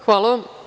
Hvala.